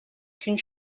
qu’une